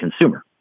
consumer